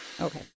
Okay